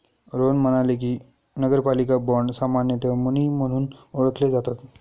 रोहन म्हणाले की, नगरपालिका बाँड सामान्यतः मुनी म्हणून ओळखले जातात